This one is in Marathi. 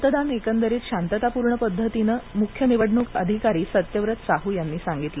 मतदान एकंदरीत शांततापूर्ण पद्धतीनं झळाय्चा मुख्य निवडणूक अधिकारी सत्यव्रत साहू यांनी सांगितलं